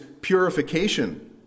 purification